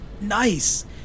Nice